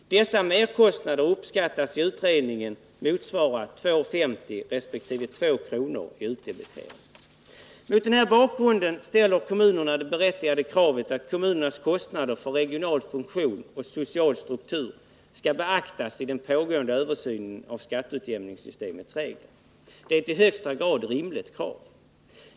Dessa merkostnader uppskattas i utredningen motsvara 2:50 kr. resp. 2:00 kr. i utdebitering. Mot den här bakgrunden ställer kommunerna det berättigade kravet att kommunernas kostnader för regional funktion och social struktur skall beaktas i den pågående översynen av skatteutjämningssystemets regler. Det är ett i högsta grad rimligt krav.